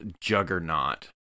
Juggernaut